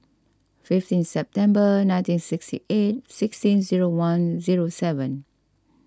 fifteen September nineteen sixty eight sixteen zero one zero seven